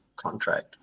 Contract